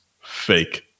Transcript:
fake